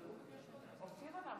אדוני היושב-ראש,